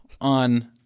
on